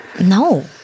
No